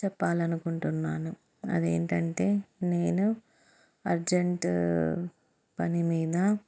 చెప్పాలి అనుకుంటున్నాను అది ఏంటంటే నేను అర్జెంటు పని మీద